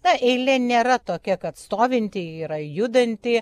na eilė nėra tokia kad stovinti yra judanti